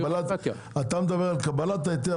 אתה מדבר על קבלת ההיתר,